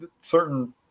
certain